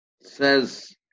Says